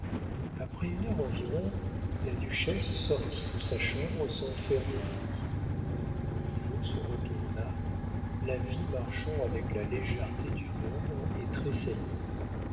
après une heure environ la duchesse sortit de sa chambre sans faire de bruit montriveau se retourna la vit marchant avec la légèreté d'une ombre et